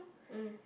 mm